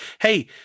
Hey